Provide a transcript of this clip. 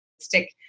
stick